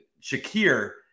Shakir